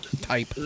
type